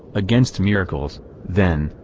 against miracles then,